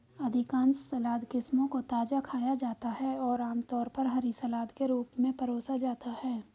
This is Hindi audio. अधिकांश सलाद किस्मों को ताजा खाया जाता है और आमतौर पर हरी सलाद के रूप में परोसा जाता है